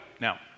Now